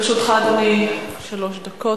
לרשותך, אדוני, שלוש דקות.